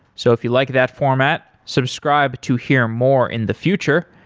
so if you like that format, subscribe to hear more in the future.